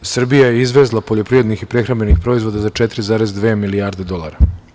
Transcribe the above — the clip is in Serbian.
Srbija je izvezla poljoprivrednih i prehrambenih proizvoda za 4,2 milijarde dolara.